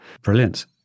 Brilliant